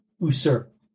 usurp